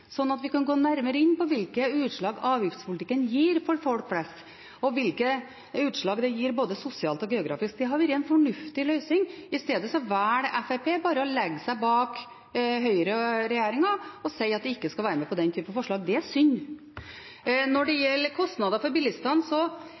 at vi kan gå nærmere inn på hvilke utslag avgiftspolitikken gir for folk flest, og hvilke utslag den gir både sosialt og geografisk. Det hadde vært en fornuft løsning. I stedet velger Fremskrittspartiet bare å legge seg bak Høyre og regjeringen og si at de ikke skal være med på den type forslag. Det er synd. Når det